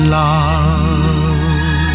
love